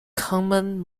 common